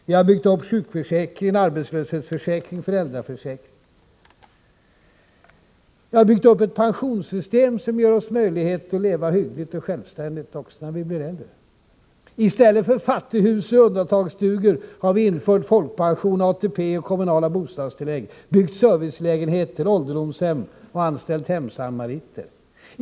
Vi har byggt upp en sjukförsäkring, en arbetslöshetsförsäkring och en föräldraförsäkring. Vi har byggt upp ett pensionssystem, som ger oss möjlighet att leva hyggligt och självständigt även när vi blir äldre. I stället för fattighus och undantagsstugor har vi infört folkpension och ATP och kommunala bostadstillägg, byggt servicelägenheter och ålderdomshem samt anställt hemsamariter.